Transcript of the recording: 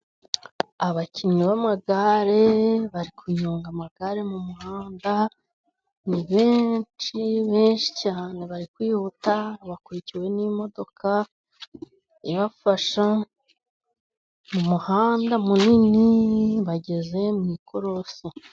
Abakinnyi b'amagare bari kunyonga amagare mu muhanda ni benshi , benshi cyane bari kwihuta bakurikiwe n'imodoka ibafasha mu muhanda munini bageze mu ikorosi.